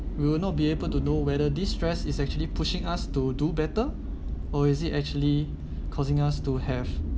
we will not be able to know whether this stress is actually pushing us to do better or is it actually causing us to have